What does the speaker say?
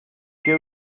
què